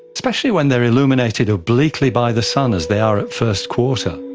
especially when they are illuminated obliquely by the sun as they are at first quarter.